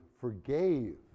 forgave